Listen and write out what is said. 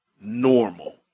normal